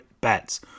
Bets